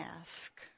ask